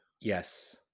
Yes